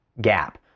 gap